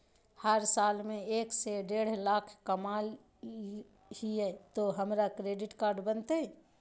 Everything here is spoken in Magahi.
हम साल में एक से देढ लाख कमा हिये तो हमरा क्रेडिट कार्ड बनते?